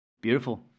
Beautiful